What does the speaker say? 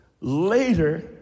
Later